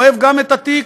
אוהב גם את התיק,